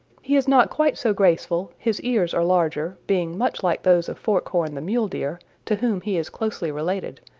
he is not quite so graceful, his ears are larger, being much like those of forkhorn the mule deer, to whom he is closely related,